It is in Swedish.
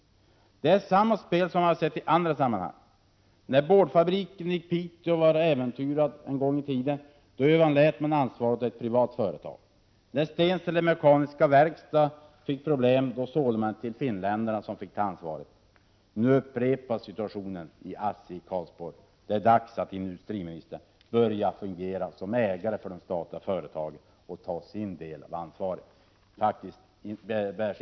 Det är samma spel som vi har sett i andra sammanhang. När boardfabriken i Piteå var äventyrad en gång i tiden, överlät man ansvaret åt ett privat företag. När Stensele mekaniska verkstad fick problem, sålde man till finländarna, som fick ta ansvaret. Nu upprepas situationen i ASSI Karlsborg. Det är dags att industriministern börjar fungera som ägare till de statliga företagen och ta sin del av ansvaret.